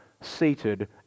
seated